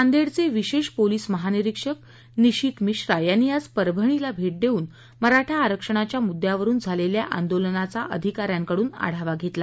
नांदेडचे विशेष पोलिस महानिरीक्षक निशीथ मिश्रा यांनी आज परभणीला भेट देऊन मराठा आरक्षणाच्या मुद्यावरून झालेल्या आंदोलनाचा अधिका यांकडून आढावा घेतला